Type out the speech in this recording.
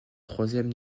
troisième